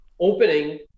opening